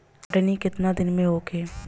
कटनी केतना दिन में होखे?